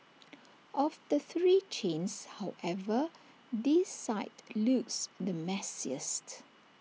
of the three chains however this site looks the messiest